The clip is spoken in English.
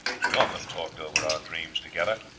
we often talked over our dreams together,